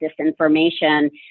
disinformation